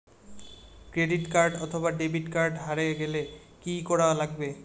Credit card অথবা debit card হারে গেলে কি করা লাগবে?